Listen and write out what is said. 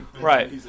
Right